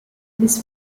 this